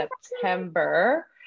September